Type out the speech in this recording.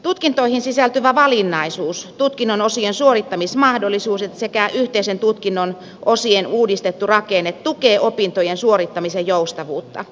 tutkintoihin sisältyvä valinnaisuus tutkinnon osien suorittamismahdollisuudet sekä yhteisten tutkinnon osien uudistettu rakenne tukevat opintojen suorittamisen joustavuutta